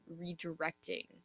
redirecting